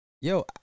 Yo